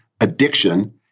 addiction